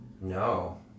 No